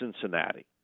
Cincinnati